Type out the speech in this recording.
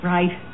Right